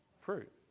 fruit